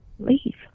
leave